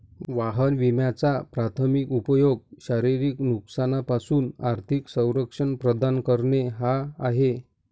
वाहन विम्याचा प्राथमिक उपयोग शारीरिक नुकसानापासून आर्थिक संरक्षण प्रदान करणे हा आहे